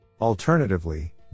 Alternatively